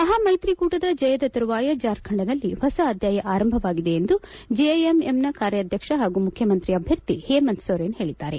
ಮಹಾ ಮೈತ್ರಿ ಕೂಟದ ಜಿಯದ ತರುವಾಯ ಜಾರ್ಖಂಡ್ನಲ್ಲಿ ಹೊಸ ಅಧ್ಯಾಯ ಆರಂಭವಾಗಿದೆ ಎಂದು ಜೆಎಂಎಂನ ಕಾರ್ಯಾಧ್ಯಕ್ಷ ಹಾಗೂ ಮುಖ್ಯಮಂತ್ರಿ ಅಭ್ಯರ್ಥಿ ಹೇಮಂತ್ ಸೊರೇನ್ ಹೇಳಿದ್ದಾರೆ